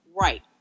Right